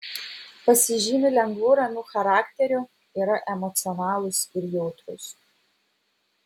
pasižymi lengvu ramiu charakteriu yra emocionalūs ir jautrūs